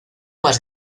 más